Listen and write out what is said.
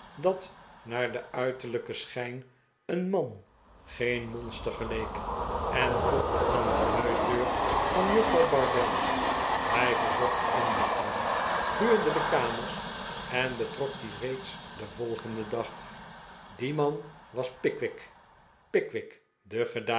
dat naar den uiterlijken schijn een man geen monster geleek en klopte aan de huisdeur van juffrouw bardell hij verzocht inlichtingen huurde de kamers en betrok die reeds den volgenden dag die man was pickwick